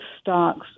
stocks